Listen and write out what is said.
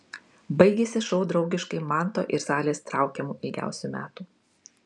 baigėsi šou draugiškai manto ir salės traukiamu ilgiausių metų